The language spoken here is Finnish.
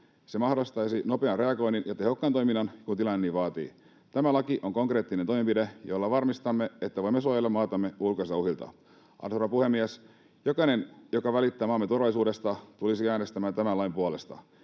Se mahdollistaisi nopean reagoinnin ja tehokkaan toiminnan, kun tilanne niin vaatii. Tämä laki on konkreettinen toimenpide, jolla varmistamme, että voimme suojella maatamme ulkoisilta uhilta. Arvoisa rouva puhemies! Jokainen, joka välittää maamme turvallisuudesta, tulisi äänestämään tämän lain puolesta.